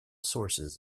sources